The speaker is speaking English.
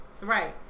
right